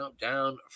down